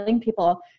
people